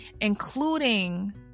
including